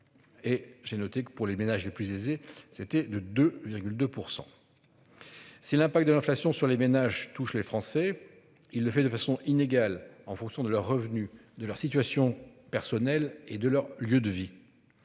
Et j'ai noté que pour les ménages les plus aisés. C'était de 2,2%. C'est l'impact de l'inflation sur les ménages touchent les Français. Il le fait de façon inégale en fonction de leurs revenus de leur situation personnelle et de leur lieu de vie.